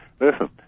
listen